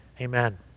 Amen